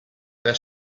there